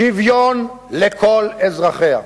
שוויון לכל אזרחיה.